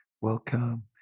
Welcome